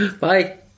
Bye